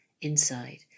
Inside